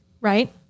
Right